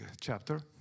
chapter